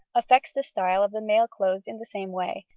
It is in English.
affects the style of the male clothes in the same way,